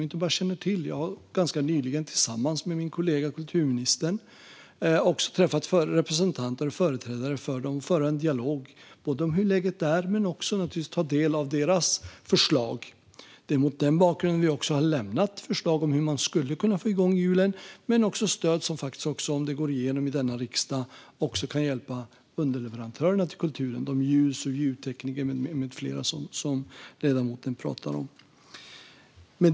Jag inte bara känner till dem; jag har ganska nyligen tillsammans med min kollega kulturministern träffat representanter och företrädare för dem för att föra en dialog om hur läget är och ta del av deras förslag. Det är mot den bakgrunden vi också har lämnat förslag om hur man skulle kunna få igång hjulen och även om stöd som faktiskt, om de går igenom i denna riksdag, kan hjälpa underleverantörerna till kulturen, de ljus och ljudtekniker med flera som ledamoten pratar om.